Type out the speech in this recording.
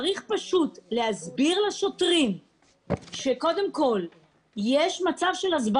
צריך פשוט להסביר לשוטרים שקודם כול יסבירו.